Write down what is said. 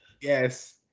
Yes